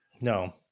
no